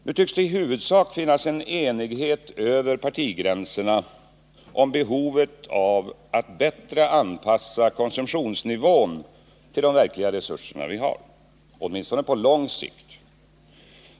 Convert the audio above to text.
Nu tycks det i huvudsak finnas en enighet över partigränserna om behovet av att bättre anpassa konsumtionsnivån till de verkliga resurser vi har — åtminstone på lång sikt.